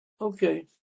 Okay